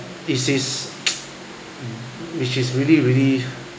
this is which is really really